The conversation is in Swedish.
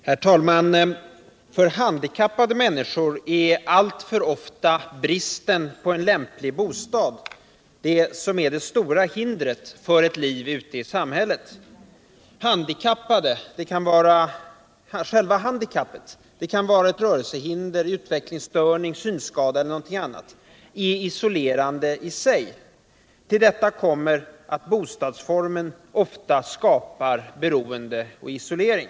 Herr talman! För handikappade människor är ailtför ofta bristen på en lämplig bostad det stora hindret för ett liv ute i samhället. Själva handikappet — det kan vara ett rörelsehinder, utvecklingsstörning, synskada eller någonting annat — är isolerande i sig. Till detta kommer att bostadsformen ofta skapar beroende och isolering.